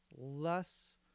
Less